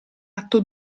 atto